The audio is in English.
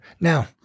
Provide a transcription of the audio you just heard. Now